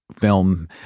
film